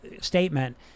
statement